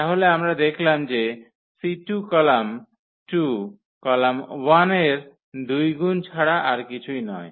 তাহলে আমরা দেখলাম যে 𝐶2 কলাম 2 কলাম 1 এর দুইগুন ছাড়া আর কিছুই নয়